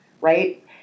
right